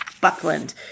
Buckland